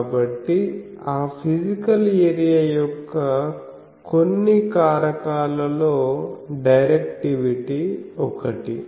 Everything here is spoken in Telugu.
కాబట్టి ఆ ఫిజికల్ ఏరియా యొక్క కొన్ని కారకాలలో డైరెక్టివిటీ ఒకటి